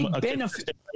benefit